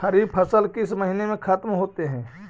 खरिफ फसल किस महीने में ख़त्म होते हैं?